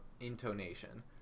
intonation